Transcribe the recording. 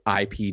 IP